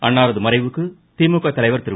அன்னாரது மறைவுக்கு திமுக தலைவர் திரு